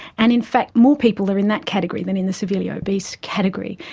and in fact more people are in that category than in the severely obese category.